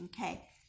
Okay